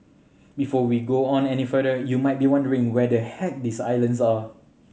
before we go on any further you might be wondering whether heck these islands are